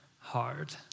hard